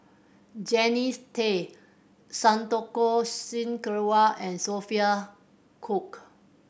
Jannie Tay Santokh Singh Grewal and Sophia Cooke